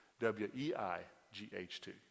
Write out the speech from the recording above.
W-E-I-G-H-T